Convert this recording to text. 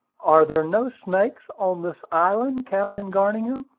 are there no snakes on this island, captain garningham?